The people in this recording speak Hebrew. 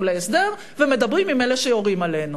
להסדר ומדברים עם אלה שיורים עלינו.